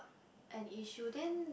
an issue then